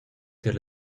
tier